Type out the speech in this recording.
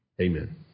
Amen